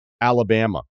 Alabama